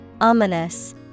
Ominous